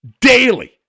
daily